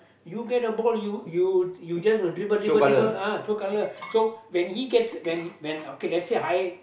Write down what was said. you get the ball you you you just dribble dribble dribble uh show colour so when he gets when when okay let's say I